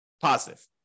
positive